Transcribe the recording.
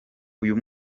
uyu